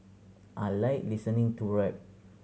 I like listening to rap